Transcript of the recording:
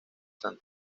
san